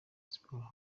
sports